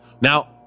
Now